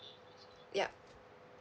yup